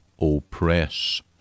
oppress